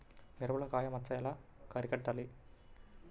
మిరపలో కాయ మచ్చ ఎలా అరికట్టాలి?